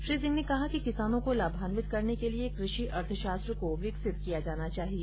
श्री सिंह ने कहा कि किसानों को लाभान्वित करने के लिए कृषि अर्थशास्त्र को विकसित किया जाना चाहिए